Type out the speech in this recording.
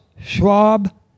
Schwab